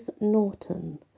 Norton